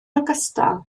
ogystal